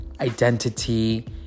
identity